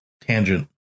tangent